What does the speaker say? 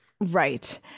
Right